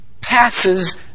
passes